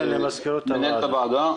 מנהלת הוועדה.